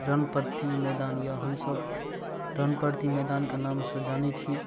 रनप्रति मैदान अइ हमसभ रनप्रति मैदानके नामसँ जानै छी